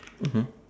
mmhmm